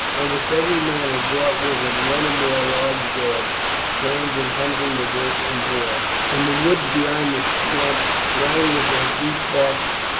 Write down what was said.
almost every man had brought with him one or more large dogs trained in hunting the wolf and boar, and the woods beyond the swamp rang with their deep barking.